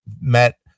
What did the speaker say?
met